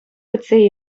кӗтсе